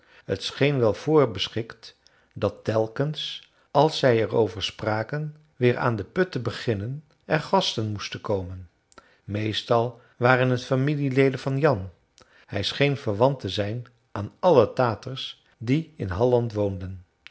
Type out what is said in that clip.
scheen wel voorbeschikt dat telkens als zij er over spraken weer aan den put te beginnen er gasten moesten komen meestal waren het familieleden van jan hij scheen verwant te zijn aan alle taters die in halland woonden